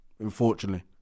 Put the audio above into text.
unfortunately